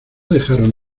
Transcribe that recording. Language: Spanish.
dejaron